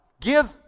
give